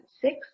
six